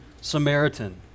Samaritan